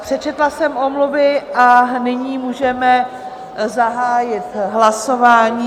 Přečetla jsem omluvy a nyní můžeme zahájit hlasování.